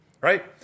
right